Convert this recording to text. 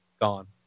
gone